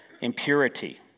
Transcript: impurity